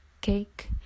cake